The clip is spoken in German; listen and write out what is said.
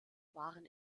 waren